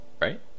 right